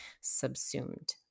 subsumed